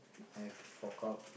I have to fork out